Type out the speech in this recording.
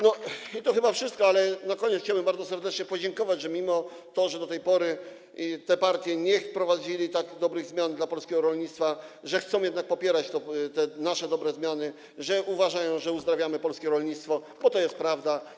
No, to chyba wszystko, ale na koniec chciałbym bardzo serdecznie podziękować, że mimo że do tej pory te partie nie wprowadziły takich dobrych zmian dla polskiego rolnictwa, chcą jednak popierać te nasze dobre zmiany, że uważają, że uzdrawiamy polskie rolnictwo, bo to jest prawda.